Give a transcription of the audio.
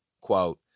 Quote